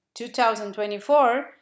2024